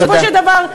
בסופו של דבר,